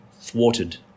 thwarted